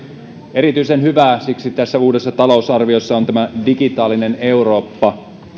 erityisen hyvää siksi tässä uudessa talousarviossa on tämä digitaalinen eurooppa